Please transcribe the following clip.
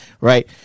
right